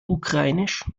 ukrainisch